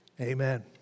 amen